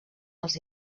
els